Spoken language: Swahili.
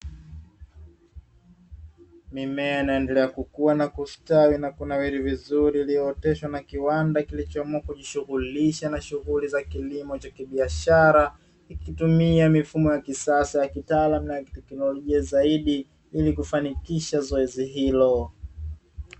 Mimea inaendelea kukua na kustawi na kunawiri vizuri iliyooteshwa na kiwanda kilichoamua kujishughulisha na shughuli za kilimo cha kibiashara, ikitumia mifumo ya kisasa ya kitaalamu na kiteknolojia zaidi hili kufanikisha zoezi hilo.